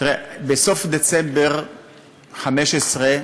תראה, בסוף דצמבר 15'